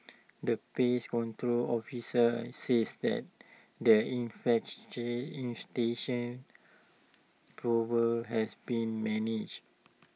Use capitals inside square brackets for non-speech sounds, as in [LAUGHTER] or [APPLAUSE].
the pest control officer says that the [UNINTELLIGIBLE] infestation problem has been managed